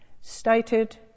stated